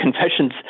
Confessions